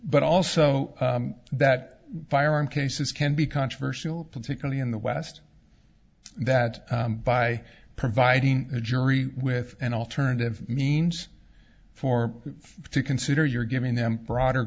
but also that firearm cases can be controversial particularly in the west that by providing the jury with an alternative means for you to consider you're giving them broader